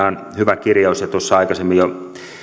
on hyvä kirjaus ja tuossa aikaisemmin jo